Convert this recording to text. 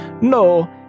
No